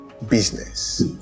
business